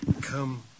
Come